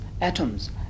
atoms